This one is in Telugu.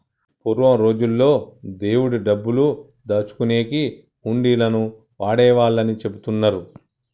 పూర్వం రోజుల్లో దేవుడి డబ్బులు దాచుకునేకి హుండీలను వాడేవాళ్ళని చెబుతున్నరు